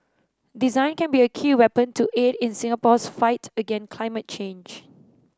design can be a key weapon to aid in Singapore's fight against climate change